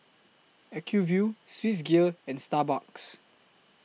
Acuvue Swissgear and Starbucks